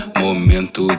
momento